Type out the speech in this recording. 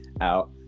out